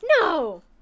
no